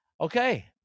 Okay